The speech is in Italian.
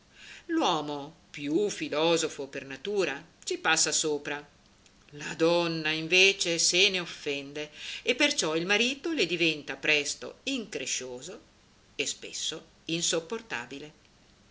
l'uomo più filosofo per natura ci passa sopra la donna invece se ne offende e perciò il marito le diventa presto increscioso e spesso insopportabile